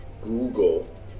Google